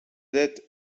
det